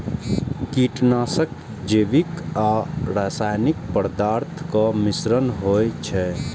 कीटनाशक जैविक आ रासायनिक पदार्थक मिश्रण होइ छै